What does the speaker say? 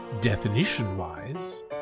Definition-wise